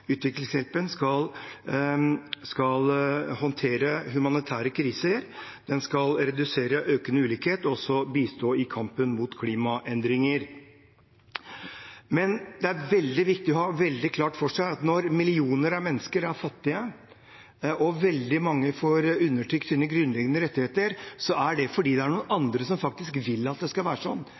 utviklingshjelpen skal håndtere humanitære kriser, den skal redusere økende ulikhet, og den skal bistå i kampen mot klimaendringer. Men det er veldig viktig å ha klart for seg at når millioner av mennesker er fattige og veldig mange får undertrykt sine grunnleggende rettigheter, er det fordi det er noen andre som faktisk vil at det skal være sånn.